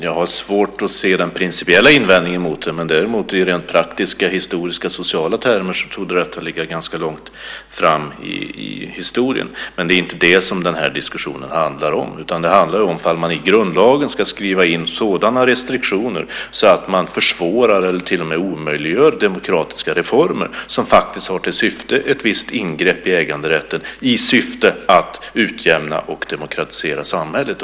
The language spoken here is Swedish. Jag har svårt att se en principiell invändning mot den, däremot i praktiska, historiska och sociala termer tror jag att det ligger ganska långt fram i historien, men det är inte det som den här diskussionen handlar om. Det handlar om ifall man i grundlagen ska skriva in sådana restriktioner att man försvårar eller till och med omöjliggör demokratiska reformer som faktiskt har till syfte att göra ett visst ingrepp i äganderätten, i syfte att utjämna och demokratisera samhället.